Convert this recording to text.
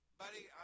buddy